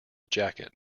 jacket